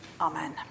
Amen